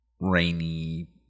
rainy